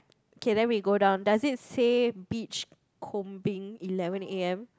okay then we go down does it say beach combing eleven a_m